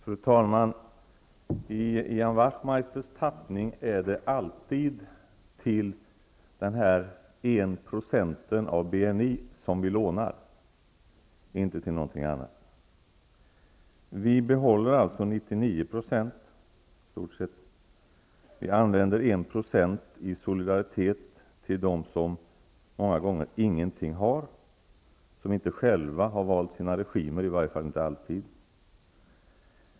Fru talman! I Ian Wachtmeisters tappning lånar vi alltid till den här enda procenten av BNI och inte till något annat. Vi behåller alltså i stort sett 99 %. 1 % ges solidariskt till dem som många gånger ingenting har och som i varje fall inte alltid har valt sina regimer själva.